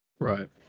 Right